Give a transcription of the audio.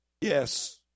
Yes